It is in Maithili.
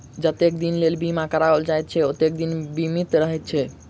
जतेक दिनक लेल बीमा कराओल जाइत छै, ओतबे दिन बीमित रहैत छै